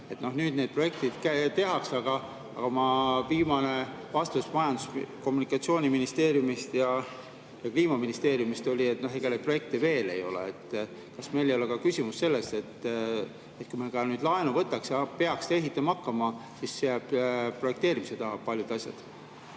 Nüüd need projektid tehakse, aga viimane vastus Majandus- ja Kommunikatsiooniministeeriumist ja Kliimaministeeriumist oli, et ega neid projekte veel ei ole. Kas meil ei ole küsimus ka selles, et kui me nüüd laenu võtaks ja peaks ehitama hakkama, siis jäävad projekteerimise taha paljud asjad?